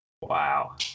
Wow